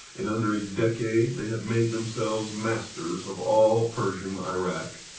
in under a decade they had made themselves masters of all persian irak,